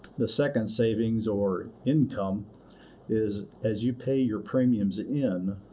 the second savings or income is as you pay your premiums in,